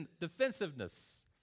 defensiveness